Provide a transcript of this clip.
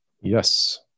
Yes